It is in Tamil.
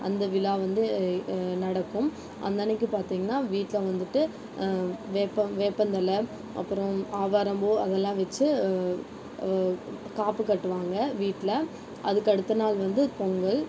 அந்த விழா வந்து நடக்கும் அன்றைக்கி பார்த்தீங்கனா வீட்டில் வந்துட்டு வேப்ப வேப்பந்தலை அப்புறம் ஆவாரம் பூ அது எல்லாம் வச்சு காப்பு கட்டுவாங்க வீட்டில் அதுக்கடுத்த நாள் வந்து பொங்கல்